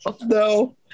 No